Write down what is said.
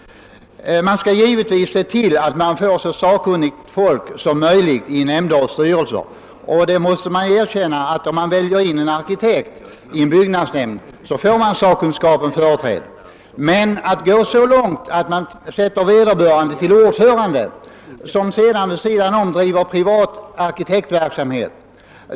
Man skall givetvis se till att man får så sakkunnigt folk som möjligt i nämnder och styrelser. Om man väljer in en arkitekt i en byggnadsnämnd, måste man erkänna att sakkunskapen därmed blir företrädd. Men det är absolut fel att sätta en sådan arkitekt som ordförande, eftersom han vid sidan om kan bedriva privat arkitektverksamhet.